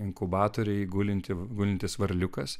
inkubatoriuj gulinti gulintis varliukas